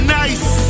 nice